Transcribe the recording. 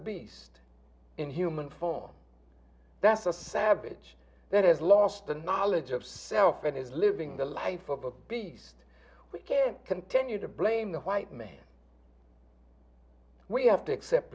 beast in human form that's a savage that has lost the knowledge of self and is living the life of a peace we can't continue to blame the white man we have to accept